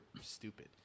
stupid